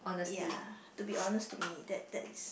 ya to be honest to me that that is